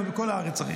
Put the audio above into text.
אבל צריך בכל הארץ.